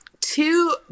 two